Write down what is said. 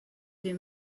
des